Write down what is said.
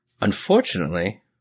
unfortunately